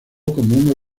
como